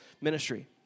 ministry